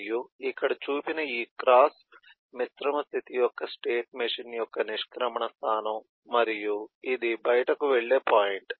మరియు ఇక్కడ చూపిన ఈ క్రాస్ మిశ్రమ స్థితి యొక్క స్టేట్ మెషీన్ యొక్క నిష్క్రమణ స్థానం మరియు ఇది బయటకు వెళ్ళే పాయింట్